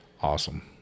awesome